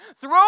throw